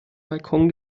balkon